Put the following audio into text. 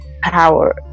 power